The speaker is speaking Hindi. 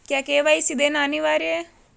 क्या के.वाई.सी देना अनिवार्य है?